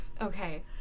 okay